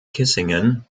kissingen